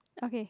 okay